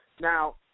Now